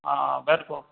ਹਾਂ ਬਿਲਕੁਲ